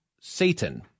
Satan